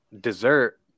dessert